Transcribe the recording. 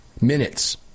minutes